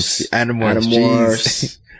animals